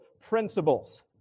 principles